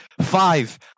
five